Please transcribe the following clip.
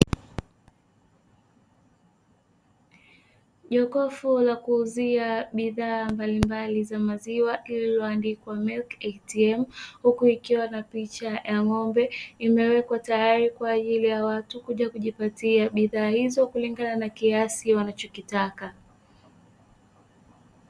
Jokofu la kuuzia bidhaa mbalimbali za maziwa lililo andikwa "Milk ATM" ,huku likiwa na picha ya ng'ombe, imewekwa tayari kwaajili ya watu kuja kujipatia bidhaa hizo kulingana na kiasi wanacho kitaka